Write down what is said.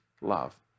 love